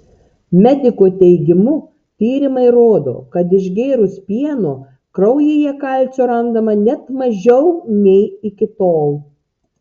mediko teigimu tyrimai rodo kad išgėrus pieno kraujyje kalcio randama net mažiau nei iki tol